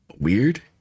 weird